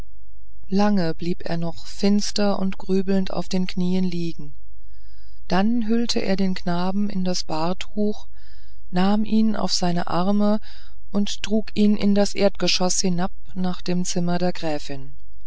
lange blieb er noch finster und grübelnd auf den knien liegen dann hüllte er den knaben in das bahrtuch nahm ihn auf seine arme und trug ihn in das erdgeschoß hinab nach dem zimmer der gräfin